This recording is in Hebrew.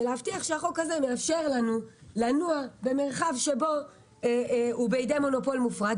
ולהבטיח שהחוק הזה מאפשר לנו לנוע במרחב שבו הוא בידי מונופול מופרט,